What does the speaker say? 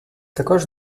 також